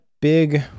big